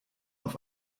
auf